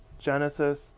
Genesis